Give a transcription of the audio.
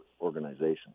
organization